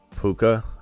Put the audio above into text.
Puka